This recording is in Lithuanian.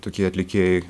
tokie atlikėjai